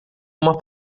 uma